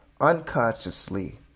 unconsciously